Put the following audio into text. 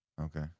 Okay